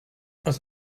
aus